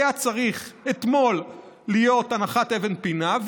הייתה צריכה אתמול להיות הנחת אבן פינה,